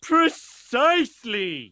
Precisely